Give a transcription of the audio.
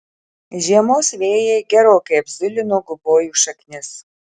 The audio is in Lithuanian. žiemos vėjai gerokai apzulino gubojų šaknis